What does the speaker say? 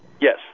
Yes